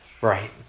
right